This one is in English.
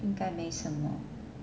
应该没什么